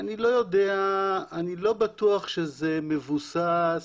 אני לא בטוח שזה מבוסס